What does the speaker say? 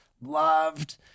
loved